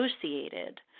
associated